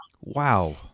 Wow